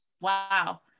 Wow